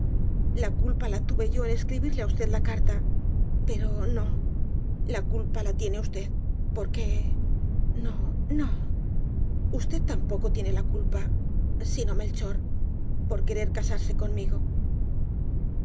la culpa la tuve yo en escribirle á usted la carta pero no la culpa la tiene usted porque no no usted tampoco tiene la culpa sino melchor por querer casarse conmigo